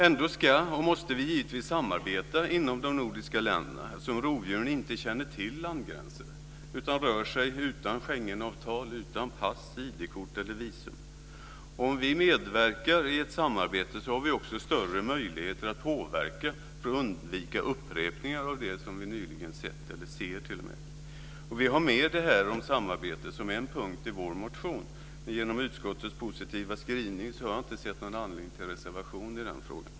Ändå ska och måste vi givetvis samarbeta inom de nordiska länderna eftersom rovdjuren inte känner till landgränser och rör sig utan Schengenavtal, pass, id-kort eller visum. Om vi medverkar i ett samarbete har vi också större möjligheter att påverka för att undvika upprepningar av det som vi nyligen sett eller t.o.m. ser. Vi har med detta om samarbete som en punkt i vår motion, och genom utskottets positiva skrivning har jag inte sett någon anledning till en reservation i den frågan.